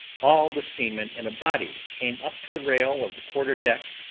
all the seamen in a body came up to the rail of the quarter-deck,